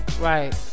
Right